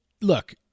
look